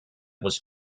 was